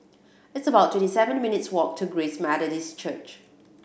it's about twenty seven minutes' walk to Grace Methodist Church